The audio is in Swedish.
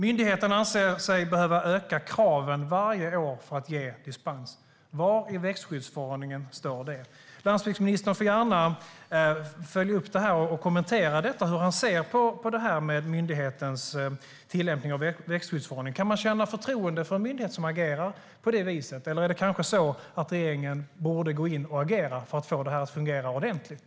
Myndigheten anser sig också behöva öka kraven varje år för att ge dispens. Var i växtskyddsförordningen står det? Landsbygdsministern får gärna följa upp det här och kommentera hur han ser på myndighetens tillämpning av växtskyddsförordningen. Kan man känna förtroende för en myndighet som agerar på det viset, eller är det kanske så att regeringen borde gå in och agera för att få det här att fungera ordentligt?